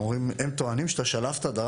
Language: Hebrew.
הם טוענים שאתה שלפת את הנשק,